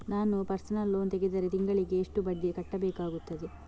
ನಾನು personal loan ತೆಗೆದರೆ ತಿಂಗಳಿಗೆ ಎಷ್ಟು ಬಡ್ಡಿ ಕಟ್ಟಬೇಕಾಗುತ್ತದೆ?